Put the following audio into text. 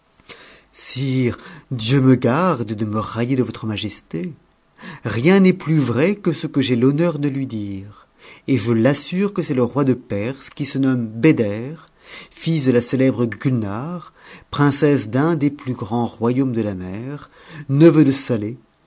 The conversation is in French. dieu me sarde de me railler de votre majesté rien n'est plus vrai que ce que j'ai l'honnem de lui dire et je l'assure que c'est le roi de perse qui se nomme beder fils de la célèbre guinare princesse d'un des plus grands royaumes de la mer neveu de saleh